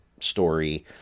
story